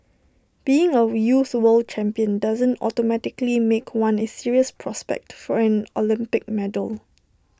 being A youth world champion doesn't automatically make one A serious prospect for an Olympic medal